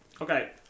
Okay